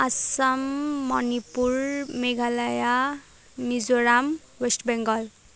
Assam Manipur Meghalaya Mizoram West Bengal